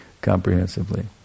comprehensively